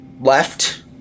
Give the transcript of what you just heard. left